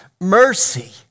Mercy